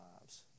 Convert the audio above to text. lives